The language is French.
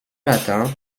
matin